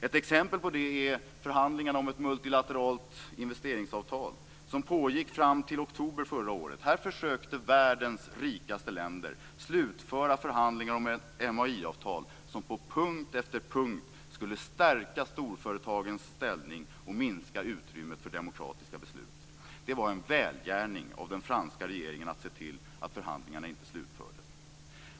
Ett exempel på detta är förhandlingarna om ett multilateralt investeringsavtal som pågick fram till oktober förra året. Här försökte världens rikaste länder slutföra förhandlingar om ett MAI-avtal som på punkt efter punkt skulle stärka storföretagens ställning och minska utrymmet för demokratiska beslut. Det var en välgärning av den franska regeringen att se till att förhandlingarna inte slutfördes.